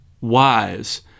wise